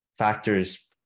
factors